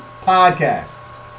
Podcast